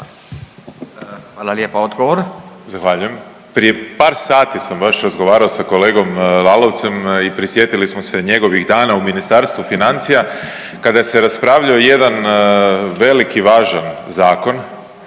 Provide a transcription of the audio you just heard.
Hvala lijepa. Odgovor.